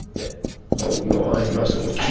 oh no i wrestle